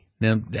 Now